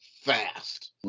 fast